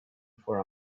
for